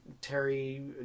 Terry